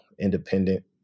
independent